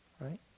right